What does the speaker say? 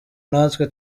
natwe